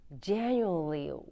genuinely